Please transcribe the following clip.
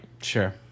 Sure